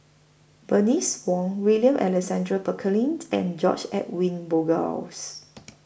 Bernice Wong William Alexander Pickering and George Edwin Bogaars